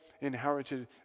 inherited